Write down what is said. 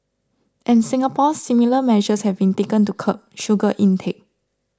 in Singapore similar measures have been taken to curb sugar intake